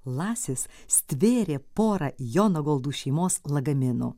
lasis stvėrė porą jonagoldų šeimos lagaminų